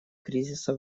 кризиса